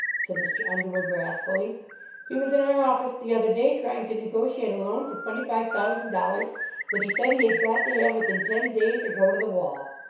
said mr. underwood, wrathfully he was in our office the other day trying to negotiate a loan for twenty-five thousand dollars that he said he had got to have within ten days or go to the wall.